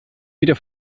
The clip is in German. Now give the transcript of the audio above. wieder